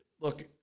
look